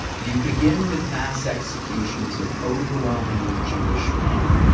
you begin with mass executions of overwhelmingly jewish men,